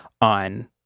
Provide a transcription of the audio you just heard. on